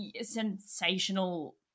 sensational